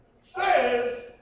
says